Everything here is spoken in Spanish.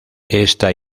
esta